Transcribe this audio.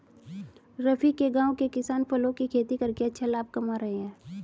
रफी के गांव के किसान फलों की खेती करके अच्छा लाभ कमा रहे हैं